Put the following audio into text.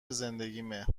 زندگیمه